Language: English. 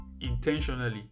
intentionally